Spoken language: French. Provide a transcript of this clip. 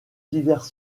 divers